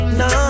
no